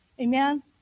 Amen